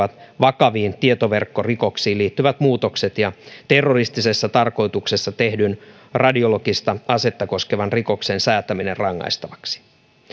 vakaviin tietoverkkorikoksiin liittyvät muutokset ja terroristisessa tarkoituksessa tehdyn radiologista asetta koskevan rikoksen säätäminen rangaistavaksi